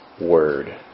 word